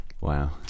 Wow